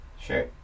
Sure